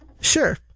Sure